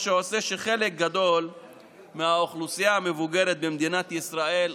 מה שגורם לכך שחלק גדול מהאוכלוסייה המבוגרת במדינת ישראל,